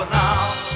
now